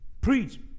Preach